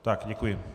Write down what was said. Tak, děkuji.